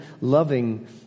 loving